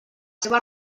seves